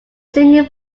singing